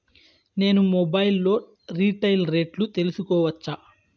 నేను మొబైల్ లో రీటైల్ రేట్లు తెలుసుకోవచ్చా?